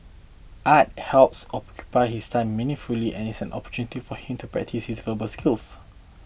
art helps occupy his time meaningfully and is an opportunity for him to practise his verbal skills